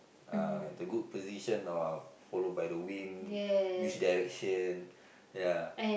uh the good position of followed by the wind which direction ya